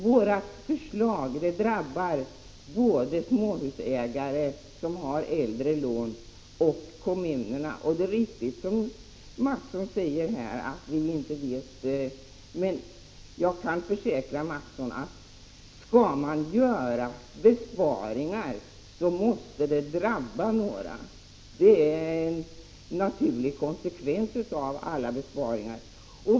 Våra förslag drabbar både de småhusägare som har äldre lån och kommunerna. Det är riktigt som Kjell Mattsson säger att vi inte vet de exakta följderna, men jag kan försäkra Kjell Mattsson att om man skall göra besparingar måste det drabba någon! Det är en naturlig konsekvens av alla besparingar.